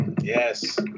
Yes